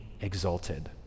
exalted